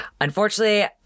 unfortunately